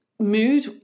mood